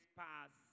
pass